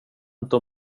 inte